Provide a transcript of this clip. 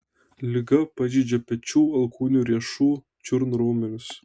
liga pažeidžia pečių alkūnių riešų čiurnų raumenis